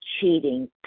cheating